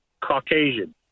Caucasian